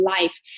life